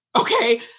Okay